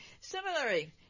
Similarly